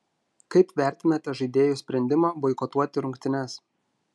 kaip vertinate žaidėjų sprendimą boikotuoti rungtynes